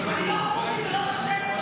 אני לא פוטין ולא צ'אוצ'סקו.